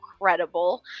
incredible